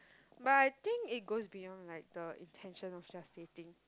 but I think it goes beyond like the intention of just dating